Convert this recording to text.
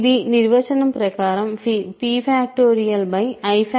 ఇది నిర్వచనం ప్రకారం p